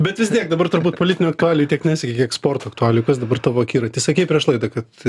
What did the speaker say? bet vis tiek dabar turbūt politinių aktualijų tiek neseki kiek sporto aktualijų kas dabar tavo akiraty sakei prieš laidą kad